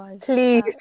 Please